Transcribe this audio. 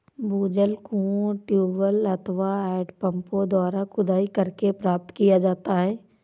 भूजल कुओं, ट्यूबवैल अथवा हैंडपम्पों द्वारा खुदाई करके प्राप्त किया जाता है